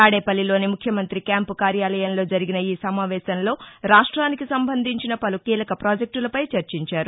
తాదేపల్లిలోని ముఖ్యమంత్రి క్యాంపు కార్యాలయంలో జరిగిన ఈసమావేశంలో రాష్ట్రానికి సంబంధించిన పలు కీలక పాజెక్షులపై చర్చించారు